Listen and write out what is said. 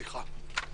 (3)